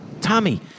Tommy